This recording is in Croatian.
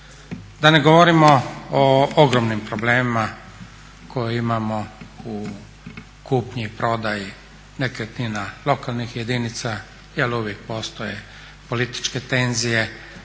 Da ne govorimo o ogromnim problemima koje imamo u kupnji i prodaji nekretnina lokalnih jedinica jer uvijek postoje političke tenzije